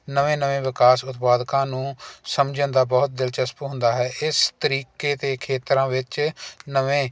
ਨਵੇਂ ਨਵੇਂ ਵਿਕਾਸ ਉਤਪਾਦਕਾਂ ਨੂੰ ਸਮਝਣ ਦਾ ਬਹੁਤ ਦਿਲਚਸਪ ਹੁੰਦਾ ਹੈ ਇਸ ਤਰੀਕੇ ਦੇ ਖੇਤਰਾਂ ਵਿੱਚ ਨਵੇਂ